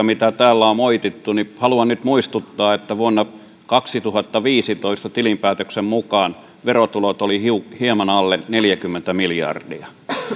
mitä täällä on moitittu haluan nyt muistuttaa että vuonna kaksituhattaviisitoista tilinpäätöksen mukaan verotulot olivat hieman alle neljäkymmentä miljardia